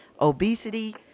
obesity